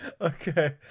Okay